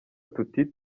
tuti